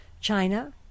China